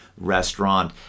restaurant